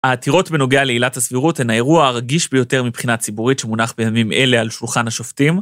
העתירות בנוגע לכילת הסבירות הן האירוע הרגיש ביותר מבחינה ציבורית שמונח בימים אלה על שולחן השופטים.